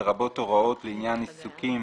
לרבות הוראות לעניין עיסוקים